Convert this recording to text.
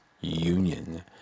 ...Union